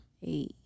Hey